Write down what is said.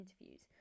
interviews